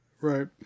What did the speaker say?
Right